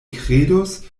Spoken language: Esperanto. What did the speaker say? kredus